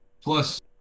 plus